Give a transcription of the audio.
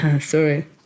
Sorry